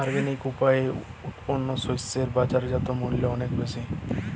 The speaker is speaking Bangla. অর্গানিক উপায়ে উৎপন্ন শস্য এর বাজারজাত মূল্য অনেক বেশি